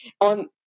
on